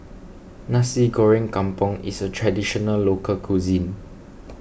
Nasi Goreng Kampung is a Traditional Local Cuisine